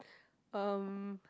um